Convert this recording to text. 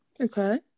Okay